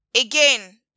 again